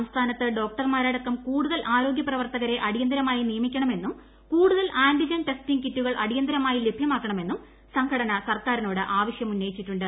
സംസ്ഥാനത്ത് ഡ്രോക്ട്ടർമാരടക്കം കൂടുതൽ ആരോഗ്യ പ്രവർത്തകരെ അടിയന്തരമായി നിയമിക്കണമെന്നും കൂടുതൽ ആൻറിജൻ ടെസ്റ്റിംഗ് കിറ്റുകൾ് അടിയന്തരമായി ലഭ്യമാക്കണമെന്നും സംഘടന സർക്കാരിന്ടുട്ട് ആവശ്യമുന്നയിച്ചിട്ടുണ്ട്